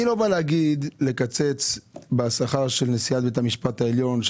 אני לא מבקש לקצץ בשכר של נשיאת בית המשפט העליון,